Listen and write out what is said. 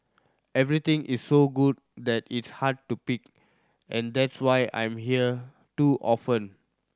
everything is so good that it's hard to pick and that's why I'm here too often